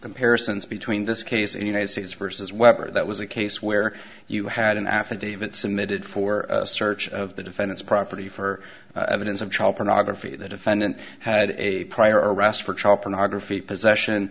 comparisons between this case in united states versus weber that was a case where you had an affidavit submitted for a search of the defendant's property for evidence of child pornography the defendant had a prior arrest for child pornography possession